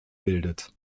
bildet